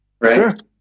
Right